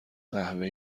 قهوه